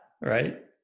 right